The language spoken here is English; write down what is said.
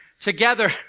together